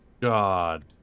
God